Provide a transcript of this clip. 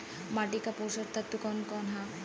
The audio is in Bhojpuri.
माटी क पोषक तत्व कवन कवन ह?